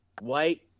white